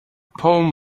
poem